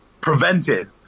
prevented